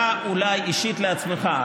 אתה, אולי, אישית לעצמך.